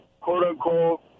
quote-unquote